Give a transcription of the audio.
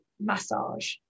massage